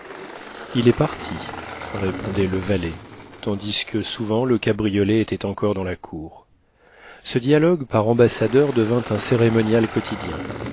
il est parti répondait le valet tandis que souvent le cabriolet était encore dans la cour ce dialogue par ambassadeur devint un cérémonial quotidien